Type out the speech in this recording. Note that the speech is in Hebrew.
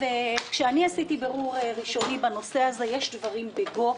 כשעשיתי בירור ראשוני בנושא הזה יש דברים בגו.